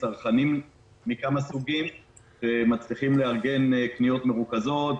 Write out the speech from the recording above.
צרכנים מכמה סוגים ומצליחים לארגן קניות מרוכזות,